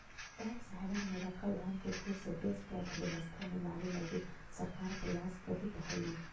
tax haven में रखल धन के फिर से देश के अर्थव्यवस्था में लावे लगी सरकार प्रयास करीतऽ हई